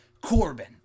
Corbin